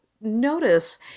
notice